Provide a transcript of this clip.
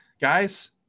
guys